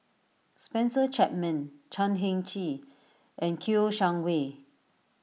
Spencer Chapman Chan Heng Chee and Kouo Shang Wei